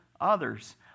others